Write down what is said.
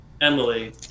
Emily